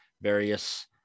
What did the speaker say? various